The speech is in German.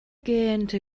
gähnte